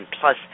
plus